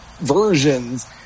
versions